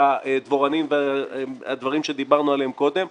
הדבוראים והדברים עליהם דיברנו קודם,